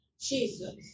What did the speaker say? Jesus